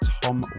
Tom